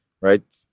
right